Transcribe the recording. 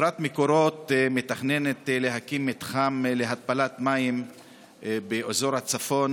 חברת מקורות מתכננת להקים מתחם להתפלת מים באזור הצפון,